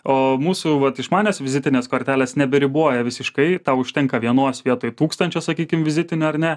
o mūsų vat išmanios vizitinės kortelės neberiboja visiškai tau užtenka vienos vietoj tūkstančio sakykim vizitinių ar ne